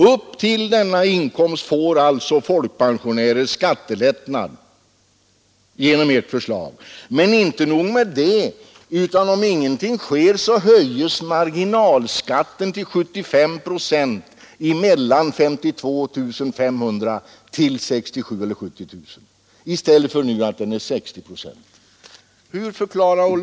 Upp till denna inkomst får alltså folkpensionärer skattelättnad genom ert förslag. Men inte nog med det, utan om ingenting sker höjs marginalskatten till 75 procent mellan 52 500 och 67 000 eller 70 000 kronor i stället för att den nu är 60 procent. Hur löser ni det problemet?